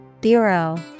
Bureau